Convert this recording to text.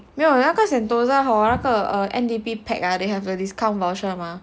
没有那个 sentosa hor 那个 N_D_P pack ah they have discount voucher mah